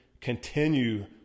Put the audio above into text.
continue